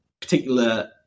particular